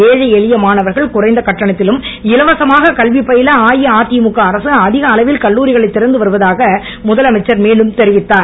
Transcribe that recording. ஏழை எளிய மாணவர்கள் குறைந்த கட்டணத்திலும் இலவசமாகவும் கல்வி பயில அஇஅதிமுக அரசு அதிக அளவில் கல்லூரிகளைத் திறந்து வருவதாக முதலமைச்சர் மேலும் தெரிவித்தார்